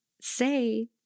say